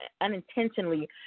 unintentionally